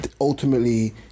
ultimately